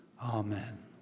Amen